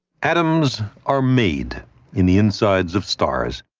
atoms are made in the insides of stars.